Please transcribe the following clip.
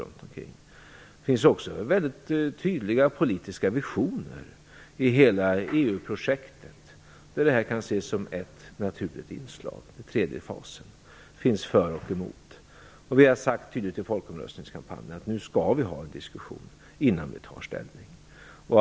Det finns också väldigt tydliga politiska visioner i hela EU-projektet, där den tredje fasen kan ses som ett naturligt inslag. Det finns för och emot. Men vi har tydligt sagt i folkomröstningskampanjen att vi skall ha en diskussion innan vi tar ställning.